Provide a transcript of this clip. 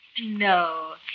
No